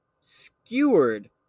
skewered